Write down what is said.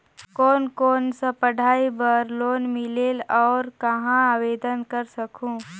कोन कोन सा पढ़ाई बर लोन मिलेल और कहाँ आवेदन कर सकहुं?